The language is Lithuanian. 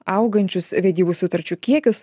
augančius vedybų sutarčių kiekius